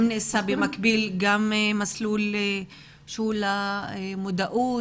האם נעשה במקביל גם מסלול שהוא למודעות